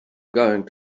going